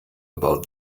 about